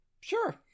Sure